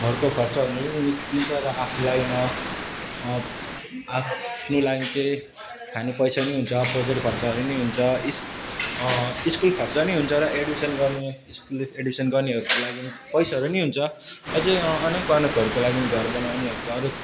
घरको खर्चहरू नि निस्किन्छ र आफूलाई न आफ्नोलाई चाहिँ खाने पैसा नि हुन्छ पकेट खर्चहरू नि हुन्छ इस् स्कुल खर्च नि हुन्छ र एड्मिसन गर्ने स्कुल एड्मिसन गर्नेहरूको लागि पैसाहरू नि हुन्छ अझै अनेक अनेकहरूको लागि नि घर बनाउनेहरूको अरू